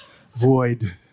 void